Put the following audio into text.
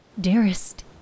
Dearest